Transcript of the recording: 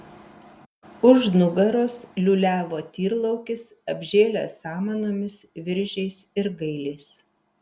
už nugaros liūliavo tyrlaukis apžėlęs samanomis viržiais ir gailiais